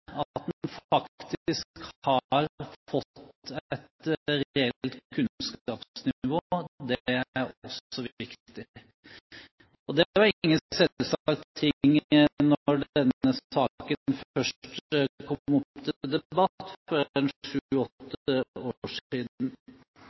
at en faktisk har fått et reelt kunnskapsnivå. Det er også viktig. Det var ingen selvsagt ting da denne saken først kom